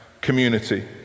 community